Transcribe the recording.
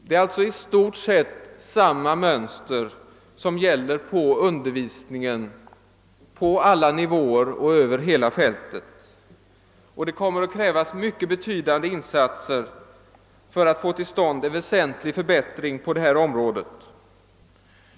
I stort sett gäller alltså samma mönster för undervisningen på alla nivåer och över hela fältet, och det kommer att krävas mycket betydande insatser för att få till stånd en väsentlig förbättring på detta område.